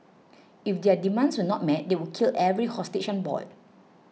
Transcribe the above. if their demands were not met they would kill every hostage on board